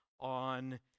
on